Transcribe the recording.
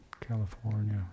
California